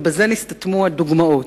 ובזה נסתתמו הדוגמאות.